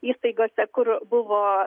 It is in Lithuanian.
įstaigose kur buvo